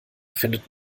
findet